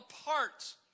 apart